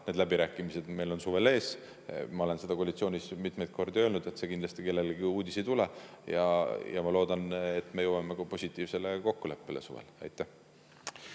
Need läbirääkimised on meil suvel ees. Ma olen seda koalitsioonis mitmeid kordi öelnud, see kindlasti ei ole kellelegi jaoks uudis. Ja ma loodan, et me jõuame suvel ka positiivsele kokkuleppele. Aitäh!